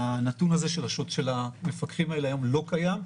הנתון הזה של המפקחים האלה היום לא קיים,